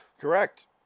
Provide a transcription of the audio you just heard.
Correct